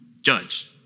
judge